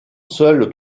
seules